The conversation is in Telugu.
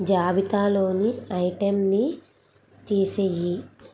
జాబితాలోని ఐటెంని తీసేయి